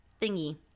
thingy